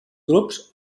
grups